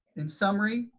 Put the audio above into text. in summary